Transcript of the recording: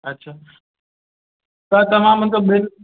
अच्छा त तव्हां मुंहिंजो ॿिनि